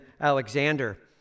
Alexander